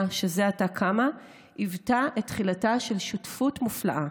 שזה עתה קמה היוותה את תחילתה של שותפות מופלאה